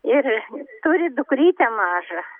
ir turi dukrytę mažą